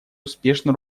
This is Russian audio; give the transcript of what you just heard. успешно